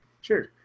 Sure